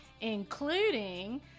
including